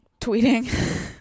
tweeting